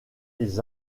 ils